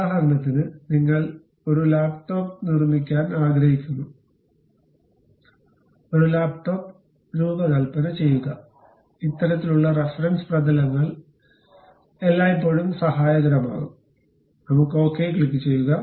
ഉദാഹരണത്തിന് നിങ്ങൾ ഒരു ലാപ്ടോപ്പ് നിർമ്മിക്കാൻ ആഗ്രഹിക്കുന്നു ഒരു ലാപ്ടോപ്പ് രൂപകൽപ്പന ചെയ്യുക ഇത്തരത്തിലുള്ള റഫറൻസ് പ്രതലങ്ങൾ എല്ലായ്പ്പോഴും സഹായകരമാകും നമുക്ക് ഓക്കേ ക്ലിക്കുചെയ്യുക